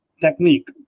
technique